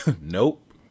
Nope